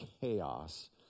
chaos